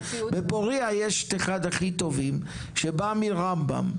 בפורייה יש את אחד הכי טובים, שבא מרמב"ם,